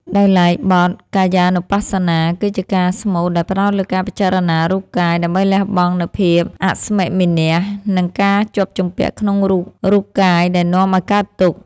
ដោយឡែកបទ កាយានុបស្សនា គឺជាការស្មូតដែលផ្ដោតលើការពិចារណារូបកាយ ដើម្បីលះបង់នូវភាពអស្មិមានៈ និងការជាប់ជំពាក់ក្នុងរូបរូបកាយដែលនាំឱ្យកើតទុក្ខ។